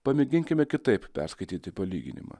pamėginkime kitaip perskaityti palyginimą